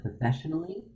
professionally